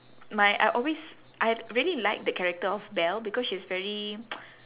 my I always I really like that character of belle because she's very